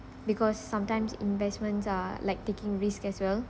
because sometimes investments are like taking risk as well